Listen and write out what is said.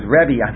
Rebbe